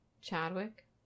chadwick